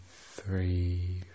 three